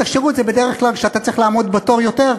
השירות זה בדרך כלל כשאתה צריך לעמוד בתור ארוך יותר,